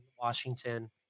Washington